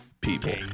people